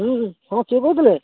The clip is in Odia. ହୁଁ ହୁଁ ହଁ କିଏ କହୁଥିଲେ